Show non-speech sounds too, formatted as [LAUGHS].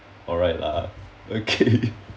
alright lah okay [LAUGHS]